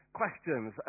questions